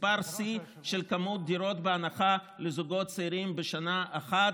מספר שיא של מספר הדירות בהנחה לזוגות צעירים בשנה אחת,